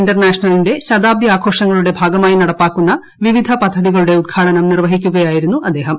ഇന്റർനാഷണലിന്റെ ശതാബ്ദി ആഘോഷങ്ങളുടെ ഭാഗമായി നടപ്പാക്കുന്ന പദ്ധതികളുടെ ഉദ്ഘാടനം നിർവഹിക്കുകയായിരുന്നു അദ്ദേഹം